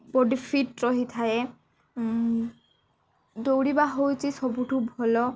ବଡ଼ି fit ରହିଥାଏ ଦୌଡ଼ିବା ହେଉଛି ସବୁଠୁ ଭଲ